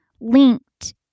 linked